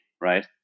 right